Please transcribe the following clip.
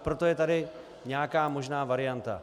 Proto je tady nějaká možná varianta.